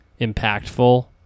impactful